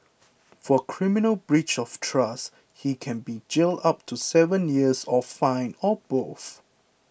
for criminal breach of trust he can be jailed up to seven years or fined or both